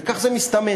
וכך זה מסתמן,